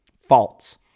false